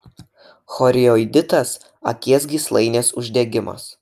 chorioiditas akies gyslainės uždegimas